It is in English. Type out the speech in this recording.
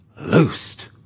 loosed